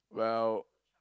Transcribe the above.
well